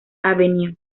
avenue